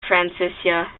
francesca